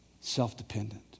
self-dependent